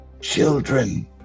children